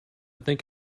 think